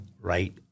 right